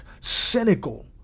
cynical